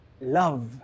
love